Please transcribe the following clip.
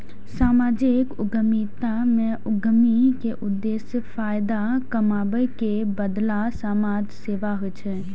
सामाजिक उद्यमिता मे उद्यमी के उद्देश्य फायदा कमाबै के बदला समाज सेवा होइ छै